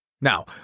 Now